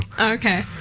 Okay